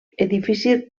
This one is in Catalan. edifici